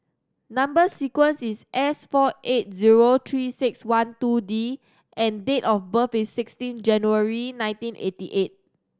number sequence is S four eight zero Three Six One two D and date of birth is sixteen January nineteen eighty eight